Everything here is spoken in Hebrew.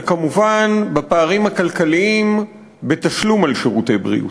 וכמובן בפערים הכלכליים בתשלום על שירותי בריאות.